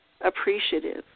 appreciative